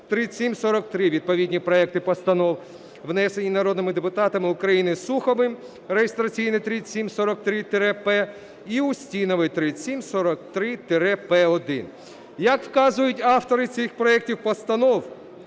3743). Відповідні проекти постанов внесені народними депутатами України: Суховим (реєстраційний 3743-П) і Устіновою (3743-П1). Як вказують автори цих проектів постанов,